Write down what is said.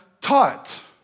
taught